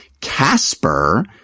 Casper